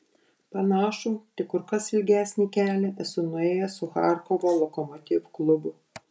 panašų tik kur kas ilgesnį kelią esu nuėjęs su charkovo lokomotiv klubu